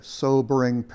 sobering